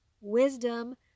wisdom